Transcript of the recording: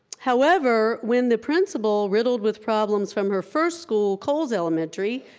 however, when the principal, riddled with problems from her first school, coles elementary,